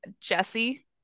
Jesse